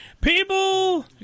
people